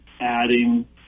adding